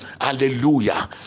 Hallelujah